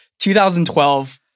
2012